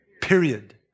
Period